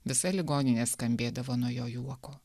visa ligoninė skambėdavo nuo jo juoko